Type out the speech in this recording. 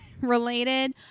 related